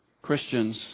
Christians